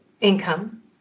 income